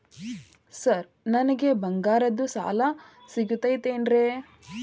Sir ನನಗೆ ಬಂಗಾರದ್ದು ಸಾಲ ಸಿಗುತ್ತೇನ್ರೇ?